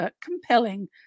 compelling